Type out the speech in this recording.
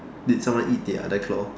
did someone eat the other claw